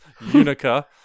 Unica